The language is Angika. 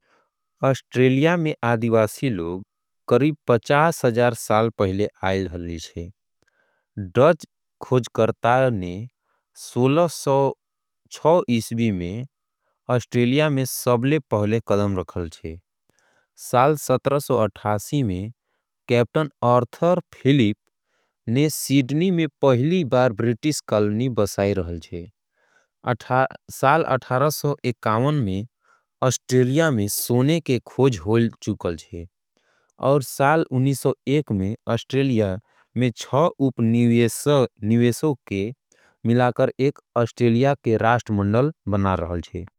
ऑस्ट्रेलिया में आदिवासी लोग करीब। पचास हजार साल पहले आएल रहल छे। डच खोज करता ने सोलह सौ छौ ईस्वी में। ऑस्ट्रेलिया में सबले पहले कदम रखल छे। सत्रह सौ अठासी में ऑस्ट्रेलिया बसे लगे छे। अठारह सौ इंकवन में ऑस्ट्रेलिया में सोने की। खोज होल रहे उन्नीस सौ एक में छह उपनिवेशों। को मिलाकर ऑस्ट्रेलिया के राष्ट्र बने रहे छे।